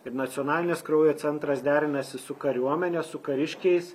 ir nacionalinis kraujo centras derinasi su kariuomene su kariškiais